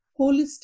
holistic